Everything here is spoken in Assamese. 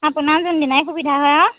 আপোনাৰ যোনদিনাই সুবিধা হয় আৰু